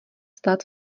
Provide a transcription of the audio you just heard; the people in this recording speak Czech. stát